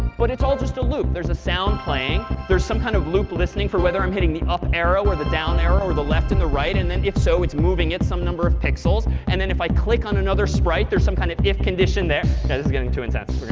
but it's all just a loop. there's a sound playing. there's some kind of loop listening for whether i'm hitting the up arrow or the down arrow or the left and the right, and then if so, it's moving it some number of pixels. and then if i click on another sprite, there's some kind of if condition there. yeah, this is getting too intense.